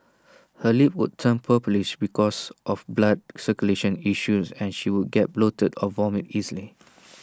her lips would turn purplish because of blood circulation issues and she would get bloated or vomit easily